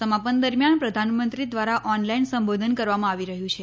સમાપન દરમિયાન પ્રધાનમંત્રી દ્વારા ઓનલાઇન સંબોધન કરવામાં આવી રહ્યું છે